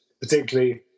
particularly